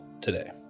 today